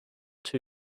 two